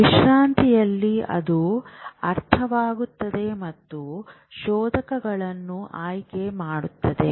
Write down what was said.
ವಿಶ್ರಾಂತಿಯಲ್ಲಿ ಅದು ಅರ್ಥವಾಗುತ್ತದೆ ಮತ್ತು ಶೋಧಕಗಳನ್ನು ಆಯ್ಕೆ ಮಾಡುತ್ತದೆ